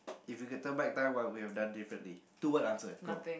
if you could turn back time what would you have done differently two word answer go